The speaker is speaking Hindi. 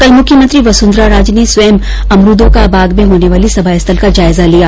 कल मुख्यमंत्री वसुंधरा राजे ने स्वयं अमरूदों का बाग में होने वाली समास्थल का जायजा लिया